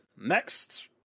next